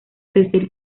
tercer